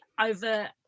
over